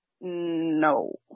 No